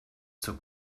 zur